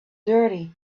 dirty